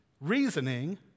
reasoning